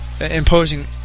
imposing